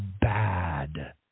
bad